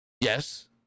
Yes